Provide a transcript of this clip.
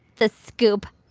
the scoop.